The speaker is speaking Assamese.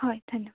হয় ধন্যবাদ